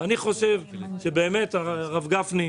הרב גפני,